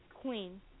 Queen